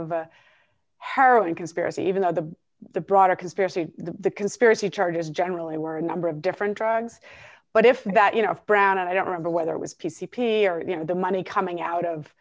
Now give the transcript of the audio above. a heroin conspiracy even though the the broader conspiracy the conspiracy charges generally were a number of different drugs but if that you know brown and i don't remember whether it was p c p or the money coming out of